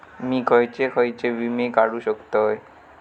मी खयचे खयचे विमे काढू शकतय?